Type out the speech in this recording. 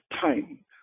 time